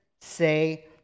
say